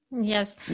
yes